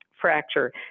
fracture